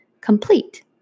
complete